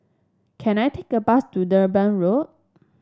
can I take a bus to Durban Road